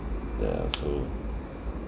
ya so